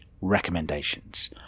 recommendations